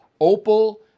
Opal